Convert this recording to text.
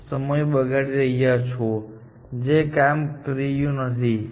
હવે આપણે અહીં જે બેકટ્રેકિંગ કરવા જઈ રહ્યા છીએ તે આપણે જોયેલા મોટાભાગના અલ્ગોરિધમમાં ક્રોનોલોજિકલ હોય છે